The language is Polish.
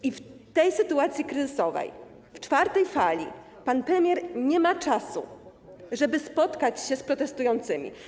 I w tej sytuacji kryzysowej, w czwartej fali pan premier nie ma czasu, żeby spotkać się z protestującymi.